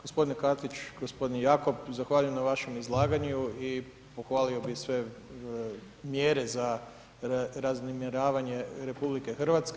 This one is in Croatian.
Gospodin Katić, gospodin Jakop zahvaljujem na vašem izlaganju i pohvalio bi sve mjere za razminiravanje RH.